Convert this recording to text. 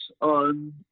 on